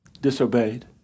disobeyed